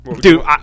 Dude